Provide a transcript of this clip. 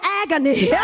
agony